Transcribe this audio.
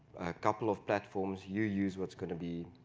couple of platforms, you use what's going to be